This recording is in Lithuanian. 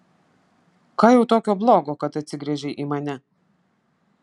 ką jau tokio blogo kad atsigręžei į mane